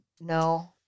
no